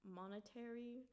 monetary